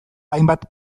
hainbat